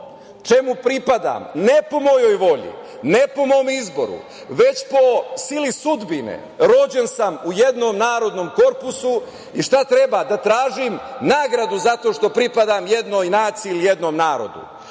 čemu pripadam, ne po mojoj volji, ne po mom izboru, već po sili sudbine. Rođena sam u jednom narodnom korpusu i šta treba, da tražim nagradu za to što pripadam jednoj naciji ili jednom narodu.